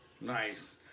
Nice